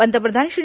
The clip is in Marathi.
पंतप्रधान श्री